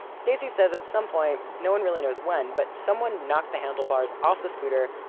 stacy says at some point, no one really knows when, but someone knocked the handlebars off the scooter,